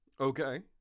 Okay